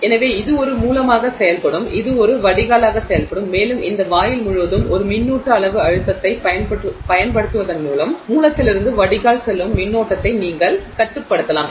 எனவே இது ஒரு மூலமாக செயல்படும் இது ஒரு வடிகாலாக செயல்படும் மேலும் இந்த வாயில் முழுவதும் ஒரு மின்னுட்ட அளவு அழுத்தத்தை பயன்படுத்துவதன் மூலம் மூலத்திலிருந்து வடிகால் செல்லும் மின்னோட்டத்தை நீங்கள் கட்டுப்படுத்தலாம்